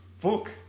book